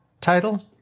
title